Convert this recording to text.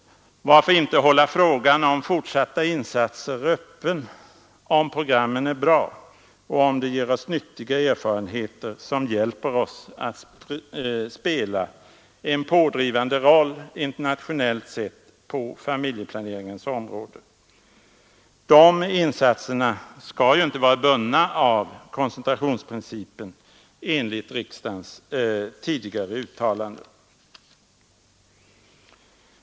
Varför inte hålla frågan om fortsatta insatser öppen, om programmen är bra och om de ger oss nyttiga erfarenheter, som hjälper oss att spela en pådrivande roll internationellt sett på familjeplaneringens område? Familjeplaneringsinsatserna skall ju inte vara bundna av koncentrationsprincipen, enligt riksdagens tidigare uttalanden.